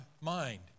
mind